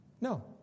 No